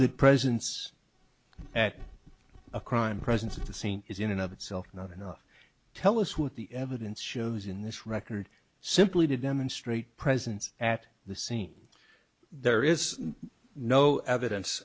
that presence at a crime presence at the scene is in and of itself not enough tell us what the evidence shows in this record simply to demonstrate presence at the scene there is no evidence